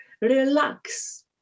relax